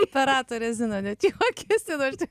operatorė zina net juokiasi nors